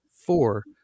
four